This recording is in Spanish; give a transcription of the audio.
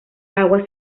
aguas